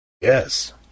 Yes